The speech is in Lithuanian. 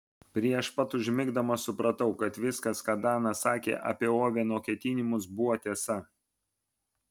prieš pat užmigdamas supratau kad viskas ką danas sakė apie oveno ketinimus buvo tiesa